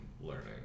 learning